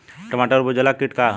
टमाटर पर उजला किट का है?